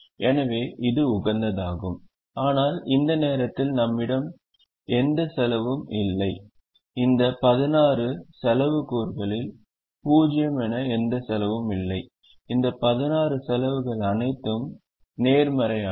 எனவே இது உகந்ததாகும் ஆனால் இந்த நேரத்தில் நம்மிடம் எந்த செலவும் இல்லை இந்த 16 செலவு கூறுகளில் 0 என எந்த செலவும் இல்லை இந்த 16 செலவுகள் அனைத்தும் நேர்மறையானவை